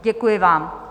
Děkuji vám.